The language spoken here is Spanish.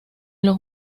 los